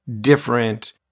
different